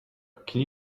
can